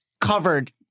covered